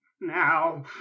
now